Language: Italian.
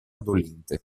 dolente